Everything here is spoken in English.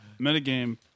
metagame